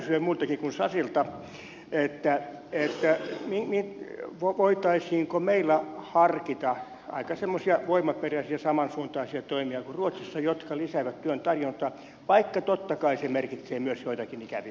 kysyisin kun nyt pitää kysyä muiltakin kuin sasilta voitaisiinko meillä harkita aika semmoisia voimaperäisiä samansuuntaisia toimia kuin ruotsissa jotka lisäävät työn tarjontaa vaikka totta kai se merkitsee myös joitakin ikäviä asioita